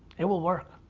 it will work.